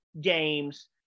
games